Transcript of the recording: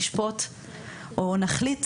נשפוט או נחליט,